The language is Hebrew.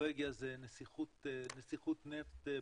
שנורבגיה היא נסיכות נפט בלונדינית,